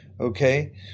okay